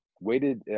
waited